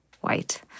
white